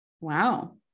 wow